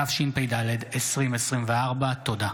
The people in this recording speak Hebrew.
התשפ"ד 2024. תודה.